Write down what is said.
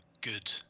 good